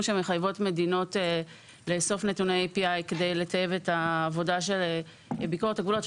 שמחייבות מדינות לאסוף נתוני API כדי לטייב את עבודת ביקורת הגבולות,